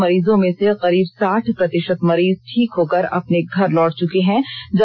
संक्रमित मरीजों में से करीब प्रतिषत मरीज ठीक होकर अपने घर लौट चुके हैं